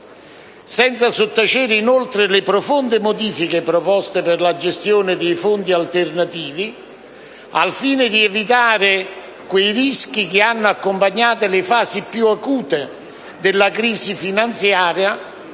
senza sottacere le profonde modifiche proposte per la gestione dei fondi alternativi, al fine di evitare i rischi che hanno accompagnato le fasi più acute della crisi finanziaria